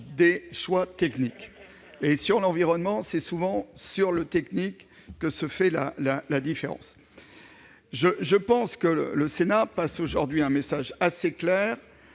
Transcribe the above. des choix techniques. Or, en la matière, c'est souvent sur l'aspect technique que se fait la différence. Je pense que le Sénat envoie aujourd'hui un message assez clair